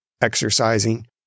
exercising